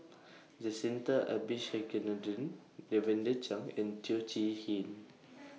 Jacintha Abisheganaden Lavender Chang and Teo Chee Hean